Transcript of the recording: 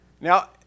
Now